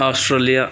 Australia